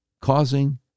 causing